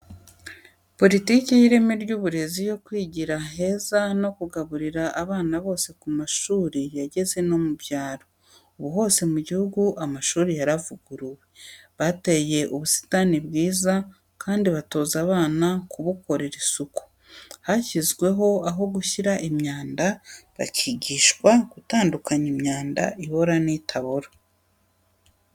Politike y'ireme ry'uburezi yo kwigira heza no kugaburira abana bose ku mashuri yageze no mu byaro, ubu hose mu gihugu amashuri yaravuguruwe, bateye ubusita bwiza kandi batoza abana kubukorera isuku, hashyizweho aho gushyira imyanda bakigishwa gutandukanya imyanda ibora n'itabora.